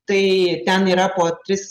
tai ten yra po tris